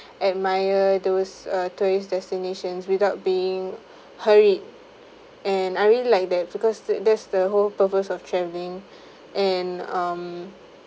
admire those uh tourist destinations without being hurried and I really like that because that's the whole purpose of travelling and um